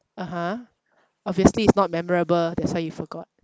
(uh huh) obviously it's not memorable that's why you forgot